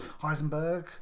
Heisenberg